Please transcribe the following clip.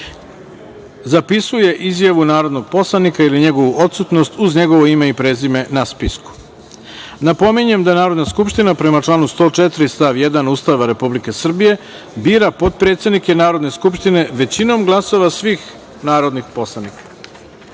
zapisuje izjavu narodnog poslanika ili njegovu odsutnost uz njegovo ime i prezime na spisku. Napominjem da Narodna skupština, prema članu 104. stav 1. Ustava Republike Srbije, bira potpredsednike Narodne skupštine većinom glasova svih narodnih poslanika. Imajući